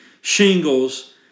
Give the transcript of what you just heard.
shingles